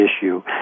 issue